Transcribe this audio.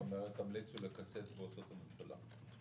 זאת אומרת שתמליצו לקצץ בהוצאות הממשלה.